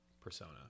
persona